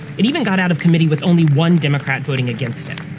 it even got out of committee with only one democrat voting against it.